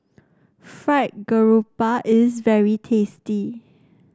Fried Garoupa is very tasty